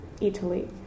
Italy